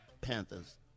Panther's